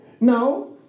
Now